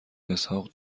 اسحاق